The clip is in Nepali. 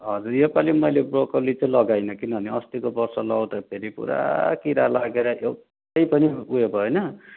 हजुर योपालि मैले ब्रोकोली चाहिँ लगाइनँ किनभने असितिको वर्ष लाउँदाखेरि पुरा किरा लागेर एउटै पनि ऊ यो भएन